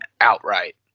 outright